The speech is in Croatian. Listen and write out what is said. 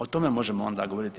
O tome možemo onda govoriti.